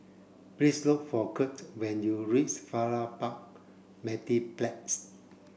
please look for Curt when you reach Farrer Park Mediplex